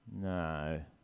No